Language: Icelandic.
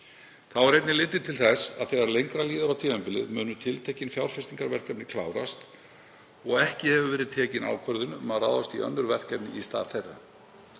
Þá er einnig litið til þess að þegar lengra líður á tímabilið munu tiltekin fjárfestingarverkefni klárast og ekki hefur verið tekin ákvörðun um að ráðast í önnur verkefni í stað þeirra.